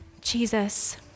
Jesus